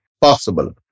possible